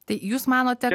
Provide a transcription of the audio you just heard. tai jūs manote